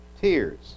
tears